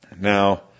Now